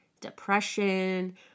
depression